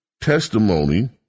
testimony